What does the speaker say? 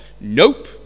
nope